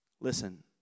Listen